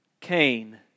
Cain